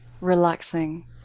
relaxing